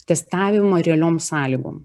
testavimą realiom sąlygom